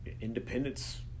independence